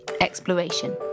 exploration